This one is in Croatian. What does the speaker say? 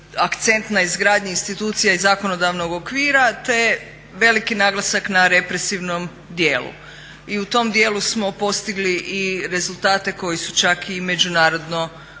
akcent na izgradnji institucija i zakonodavnog okvira, te veliki naglasak na represivnom djelu. I u tom dijelu smo postigli i rezultate koji su čak i međunarodno prepoznati